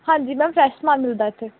ਹਾਂਜੀ ma'am fresh ਸਮਾਨ ਮਿਲਦਾ ਇੱਥੇ